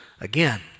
again